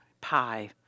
pie